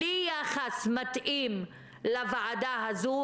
בלי יחס מתאים לוועדה הזו.